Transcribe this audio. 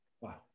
Wow